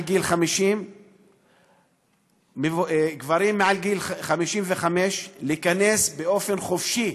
גיל 50 ולגברים מעל 55 להיכנס באופן חופשי,